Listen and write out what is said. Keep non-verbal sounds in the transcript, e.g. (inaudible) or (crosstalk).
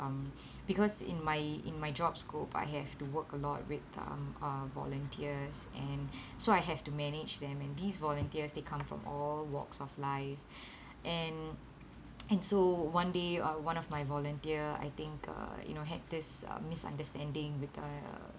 um because in my in my job scope I have to work a lot with um uh volunteers and so I have to manage them and these volunteers they come from all walks of life (breath) and and and so one day uh one of my volunteer I think uh you know had this uh misunderstanding with the